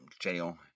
Jail